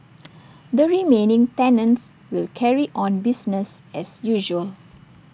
the remaining tenants will carry on business as usual